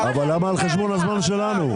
אבל למה על חשבון הזמן שלנו?